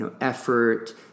effort